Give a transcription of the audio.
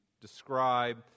describe